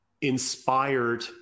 inspired